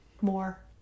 more